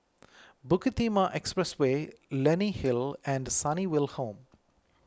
Bukit Timah Expressway Leonie Hill and Sunnyville Home